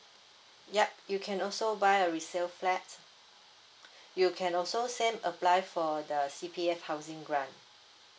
yup you can also buy a resale flat you can also same apply for the C_P_F housing grant